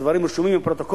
הדברים רשומים בפרוטוקול,